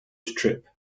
trip